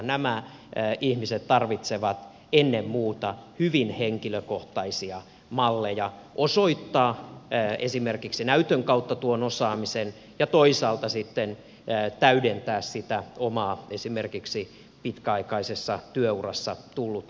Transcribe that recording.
nämä ihmiset tarvitsevat ennen muuta hyvin henkilökohtaisia malleja osoittaa esimerkiksi näytön kautta tuon osaamisensa ja toisaalta sitten täydentää sitä omaa esimerkiksi pitkäaikaisella työuralla tullutta osaamista